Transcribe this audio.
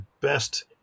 best